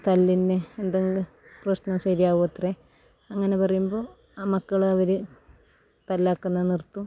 തല്ലിൻ്റെ എന്തെങ്കിലും പ്രശ്നം ശരിയാകുമത്രെ അങ്ങനെ പറയുമ്പോൾ ആ മക്കളവർ തല്ലാക്കുന്നത് നിർത്തും